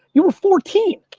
you were fourteen.